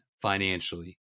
financially